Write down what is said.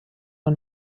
nur